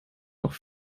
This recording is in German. auch